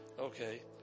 Okay